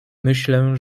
myślę